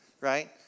right